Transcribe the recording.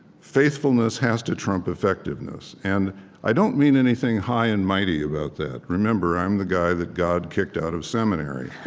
faithfulness has to trump effectiveness. and i don't mean anything high and mighty about that. remember, i'm the guy that god kicked out of seminary